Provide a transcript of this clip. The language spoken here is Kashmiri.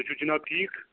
تُہۍ چھُو جِناب ٹھیٖک